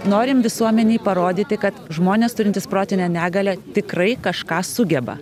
norim visuomenei parodyti kad žmonės turintys protinę negalią tikrai kažką sugeba